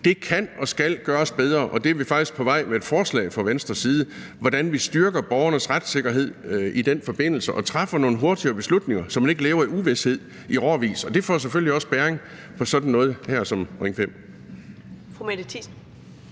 Det kan og skal gøres bedre, og det er vi faktisk på vej med et forslag om fra Venstres side, altså om, hvordan vi styrker borgernes retssikkerhed i den forbindelse og træffer nogle hurtigere beslutninger, så man ikke lever i uvished i årevis. Det får selvfølgelig også betydning for sådan noget her som Ring 5.